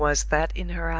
there was that in her eye,